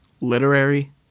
Literary